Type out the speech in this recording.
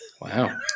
Wow